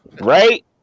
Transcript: right